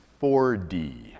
4D